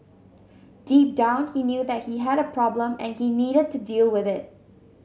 deep down he knew that he had a problem and he needed to deal with it